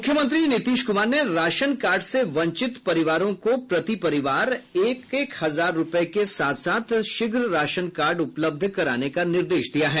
मुख्यमंत्री नीतीश कुमार ने ration card से वंचित परिवारों को प्रति परिवार एक एक हजार रूपये के साथ साथ शीघ्र राशन कार्ड उपलब्ध कराने का निर्देश दिया है